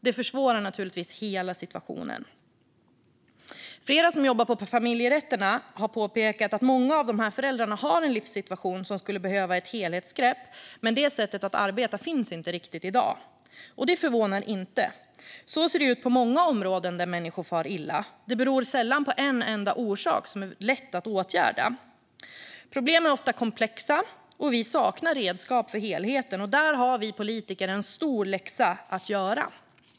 Det försvårar naturligtvis hela situationen. Flera som jobbar på familjerätterna har påpekat att många av de här föräldrarna har en livssituation som skulle behöva ett helhetsgrepp, men att det sättet att arbeta inte riktigt finns i dag. Det förvånar inte. Så ser det ut på många områden där människor far illa. Det beror sällan på en enda orsak som är lätt att åtgärda. Problem är ofta komplexa, och vi saknar redskap för helheten. Där har vi politiker en stor läxa att göra.